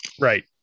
Right